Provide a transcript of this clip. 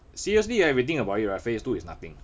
seriously ah if you think about it right phase two is nothing